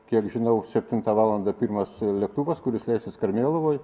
kiek žinau septintą valandą pirmas lėktuvas kuris leisis karmėlavoj